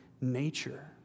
nature